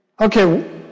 okay